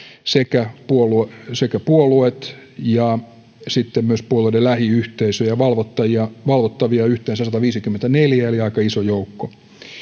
sekä puolueet sekä puolueet että myös puolueiden lähiyhteisöjä ja valvottavia on yhteensä sataviisikymmentäneljä eli aika iso joukko